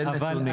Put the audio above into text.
תן נתונים.